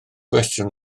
gwestiwn